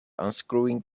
unscrewing